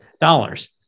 dollars